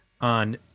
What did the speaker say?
on